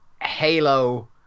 Halo